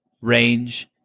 Range